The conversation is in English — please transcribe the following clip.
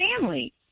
family